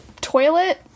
toilet